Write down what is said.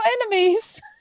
enemies